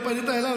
פנית אליו,